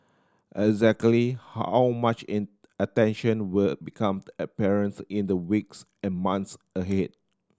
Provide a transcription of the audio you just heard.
exactly how much attention will become apparent in the weeks and months ahead